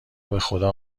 بخدا